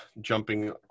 jumping